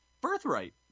Birthright